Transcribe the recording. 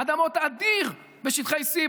האדמות האדיר בשטחי C,